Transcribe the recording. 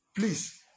Please